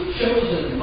chosen